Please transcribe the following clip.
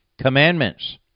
commandments